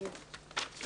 תיקון